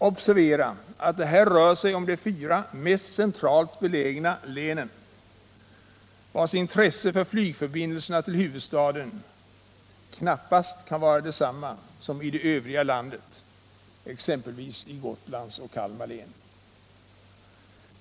Observera att det här rör sig om de fyra mest centralt belägna länen, där intresset för flygförbindelserna till huvudstaden knappast kan vara detsamma som i det övriga landet, exempelvis i Gotlands och Kalmar län.